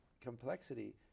complexity